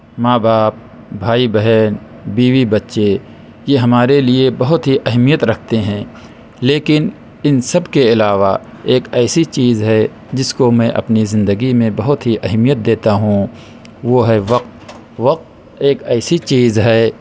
ماں باپ بھائی بہن بیوی بچے یہ ہمارے لئے بہت ہی اہمیت رکھتے ہیں لیکن ان سب کے علاوہ ایک ایسی چیز ہے جس کو میں اپنی زندگی میں بہت ہی اہمیت دیتا ہوں وہ ہے وقت وقت ایک ایسی چیز ہے